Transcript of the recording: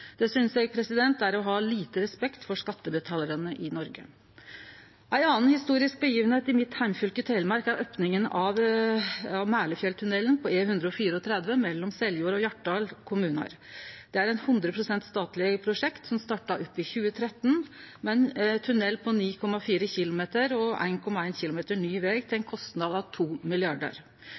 Det synest eg er å ha lite respekt for skattebetalarane i Noreg. Ei anna historisk storhending i heimfylket mitt Telemark er opninga av Mælefjelltunnelen på E134 mellom Seljord og Hjartdal kommunar. Det er eit 100 pst. statleg prosjekt som starta opp i 2013 med ein tunnel på 9,4 km og 1,1 km ny veg, til ein kostnad av